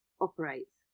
operates